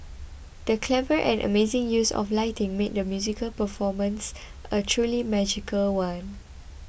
the clever and amazing use of lighting made the musical performance a truly magical one